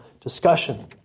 discussion